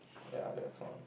ya that's all